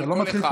על כל אחד,